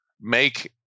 make